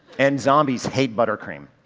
and zombies hate buttercream.